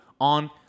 on